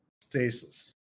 stasis